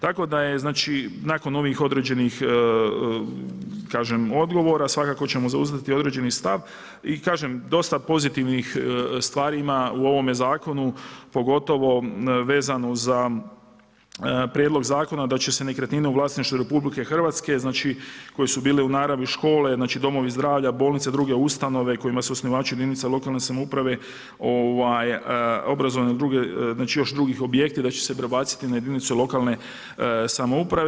Tako da je znači nakon ovih određenih odgovora, svakako ćemo zauzeti određeni stav i kažem, dosta pozitivnih stvari ima u ovome zakonu pogotovo vezano za prijedlog zakona da će se nekretnine u vlasništvu RH koje su bile u naravi škola, domovi zdravlja, bolnice i druge ustanove kojima su osnivači jedinice lokalne samouprave, obrazovne i druge, znači još drugi objekti da će se prebaciti na jedinice lokalne samouprave.